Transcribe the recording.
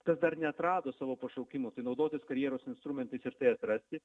kas dar neatrado savo pašaukimo tai naudotis karjeros instrumentais ir tai atrasti